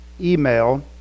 email